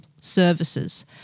services